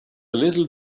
little